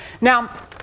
now